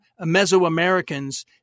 Mesoamericans